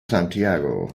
santiago